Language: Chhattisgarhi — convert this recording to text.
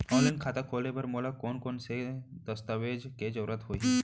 ऑनलाइन खाता खोले बर मोला कोन कोन स दस्तावेज के जरूरत होही?